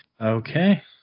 okay